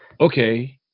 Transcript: Okay